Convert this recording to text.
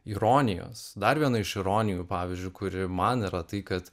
ironijos dar viena iš ironijų pavyzdžiui kuri man yra tai kad